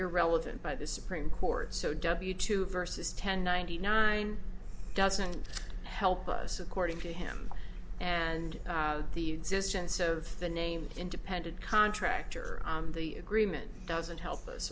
irrelevant by the supreme court so w two versus ten ninety nine doesn't help us according to him and the existence of the name independent contractor on the agreement doesn't help us